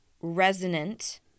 Resonant